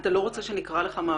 אתה לא רוצה שנקרא לך מהוועדה?